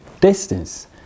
distance